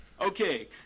Okay